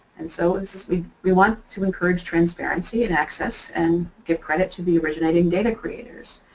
and so we we want to encourage transparency and access and give credit to the originating data creators,